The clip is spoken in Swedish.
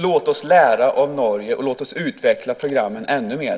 Låt oss lära av Norge och låt oss utveckla programmen ännu mer.